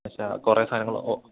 പക്ഷേ ആ കുറേ സാധനങ്ങൾ ഓ